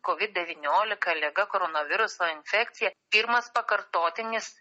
covid devyniolika liga koronaviruso infekcija pirmas pakartotinis